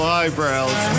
eyebrows